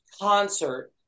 concert